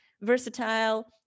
versatile